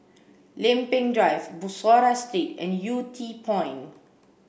Lempeng Drive Bussorah Street and Yew Tee Point